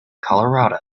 colorado